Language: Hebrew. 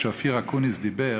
כשאופיר אקוניס דיבר,